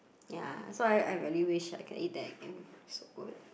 ya so I I really wish I can eat that again so good